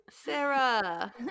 Sarah